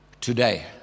today